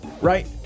right